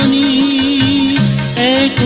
e a